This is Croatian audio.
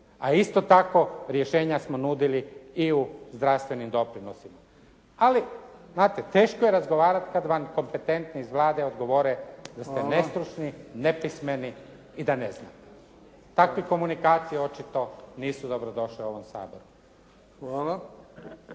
A isto tako rješenja smo nudili i u zdravstvenim doprinosima. Ali znate teško je razgovarati kada vam kompetentni iz Vlade odgovore da ste nestručni, nepismeni i da ne znate. Takve komunikacije očito nisu dobro došle u ovom Saboru.